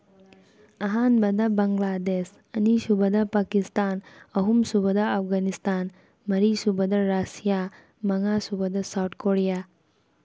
ꯑꯍꯥꯟꯕꯗ ꯕꯪꯒ꯭ꯂꯥꯗꯦꯁ ꯑꯅꯤ ꯁꯨꯕꯗ ꯄꯥꯀꯤꯁꯇꯥꯟ ꯑꯍꯨꯝ ꯁꯨꯕꯗ ꯑꯐꯒꯥꯅꯤꯁꯇꯥꯟ ꯃꯔꯤ ꯁꯨꯕꯗ ꯔꯨꯁꯤꯌꯥ ꯃꯉꯥ ꯁꯨꯕꯗ ꯁꯥꯎꯠ ꯀꯣꯔꯤꯌꯥ